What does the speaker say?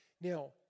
Now